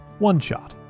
OneShot